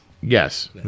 Yes